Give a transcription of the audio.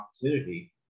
opportunity